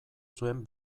zuen